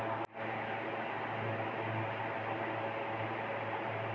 ग्राहक तारण कर्ज, क्रेडिट कार्ड किंवा इतर कर्जे भरण्यात अयशस्वी होऊ शकतात